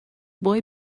boy